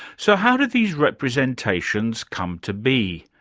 so, how do these representations come to be?